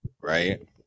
right